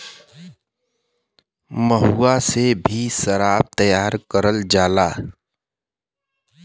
महुआ से भी सराब तैयार करल जाला